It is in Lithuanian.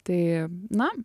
tai na